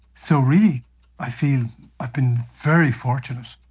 so really i feel i have been very fortunate.